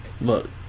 look